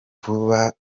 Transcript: kuba